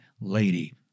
lady